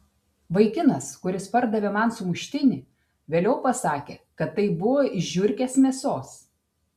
vaikinas kuris pardavė man sumuštinį vėliau pasakė kad tai buvo iš žiurkės mėsos